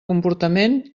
comportament